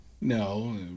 No